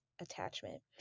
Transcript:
attachment